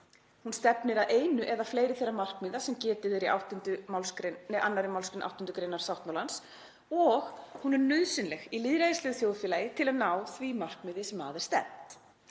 hún stefnir að einu eða fleiri þeirra markmiða sem getið er í 2. mgr. 8. gr. sáttmálans og hún er nauðsynleg í lýðræðislegu þjóðfélagi til að ná því markmiði sem að er stefnt.